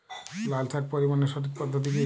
লালশাক পরিবহনের সঠিক পদ্ধতি কি?